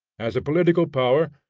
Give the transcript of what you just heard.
as a political power,